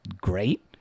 great